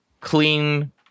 clean